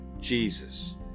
Jesus